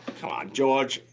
come on, george.